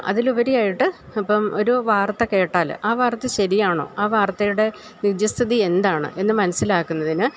അതിലുപരിയായിട്ട് ഇപ്പം ഒരു വാർത്ത കേട്ടാല് ആ വാർത്ത ശരിയാണോ ആ വാർത്തയുടെ നിജസ്ഥിതി എന്താണെന്ന് മനസ്സിലാക്കുന്നതിന്